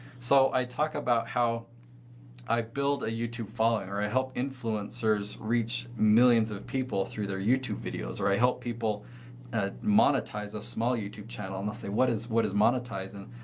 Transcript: so, i talked about how i build a youtube following or i help influencers reach millions of people through their youtube videos or i help people ah monetize a small youtube channel and they'll say, what is what is monetizing?